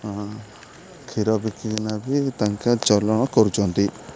ହଁ କ୍ଷୀର ବିକିକିନା ବି ତାଙ୍କ ଚଲନ କରୁଛନ୍ତି